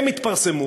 הם התפרסמו